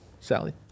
Sally